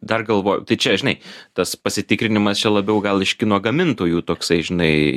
dar galvoju tai čia žinai tas pasitikrinimas čia labiau gal iš kino gamintojų toksai žinai